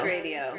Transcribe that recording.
Radio